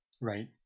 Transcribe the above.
right